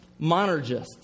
monergists